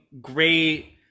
great